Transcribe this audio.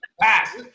Pass